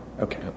Okay